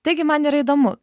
taigi man yra įdomu